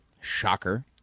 Shocker